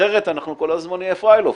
אחרת אנחנו כל הזמן נהיה fly off,